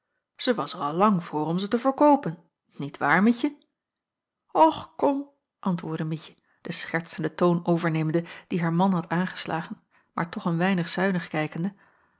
zij was er al lang voor om ze te verkoopen niet waar mietje och kom antwoordde mietje den schertsenden toon overnemende dien haar man had aangeslagen maar toch een weinig zuinig kijkende